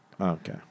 Okay